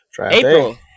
April